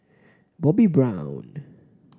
Bobbi Brown